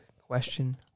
question